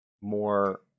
more